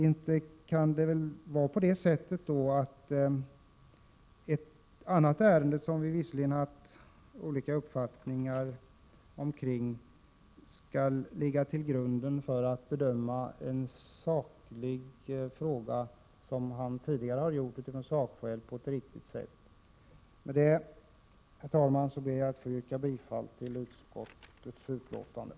Inte kan det väl vara på det sättet att ett annat ärende, som vi har haft olika uppfattningar kring, skall ligga till grund för bedömningen av en sakfråga, när han tidigare har bedömt den på ett sakligt och riktigt sätt? Herr talman! Med detta ber jag att få yrka bifall till utskottets hemställan.